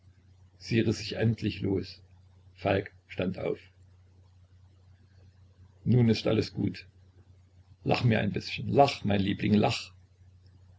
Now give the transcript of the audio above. sie riß sich endlich los falk stand auf nun ist alles gut lach mir ein bißchen lach mein liebling lach